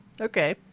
Okay